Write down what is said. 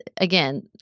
again